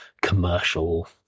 commercial